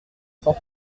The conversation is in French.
cent